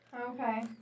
Okay